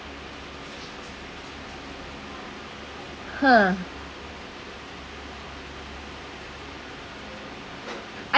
!huh!